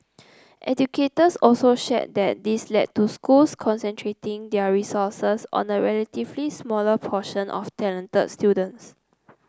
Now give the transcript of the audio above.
educators also shared that this led to schools concentrating their resources on a relatively smaller portion of talented students